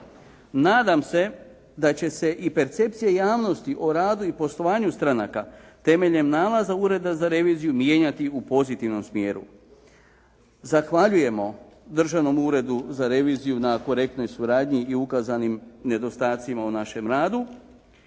Nadam se da će se i percepcija javnosti o radu i poslovanju stranaka temeljem nalaza Ureda za reviziju mijenjati u pozitivnom smjeru. Zahvaljujemo Državnom uredu za reviziju na korektnoj suradnji i ukazanim nedostacima u našem radu